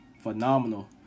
phenomenal